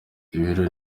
ibiro